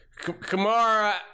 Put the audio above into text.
Kamara